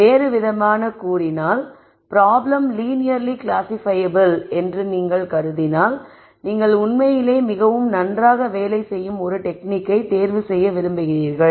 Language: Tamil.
எனவே வேறுவிதமாகக் கூறினால் பிராப்ளம் லீனியர்லி கிளாசிக்பையபிள் என்று நீங்கள் கருதினால் நீங்கள் உண்மையிலேயே மிகவும் நன்றாக வேலை செய்யும் ஒரு டெக்னிக்கை தேர்வு செய்ய விரும்புகிறீர்கள்